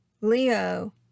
Leo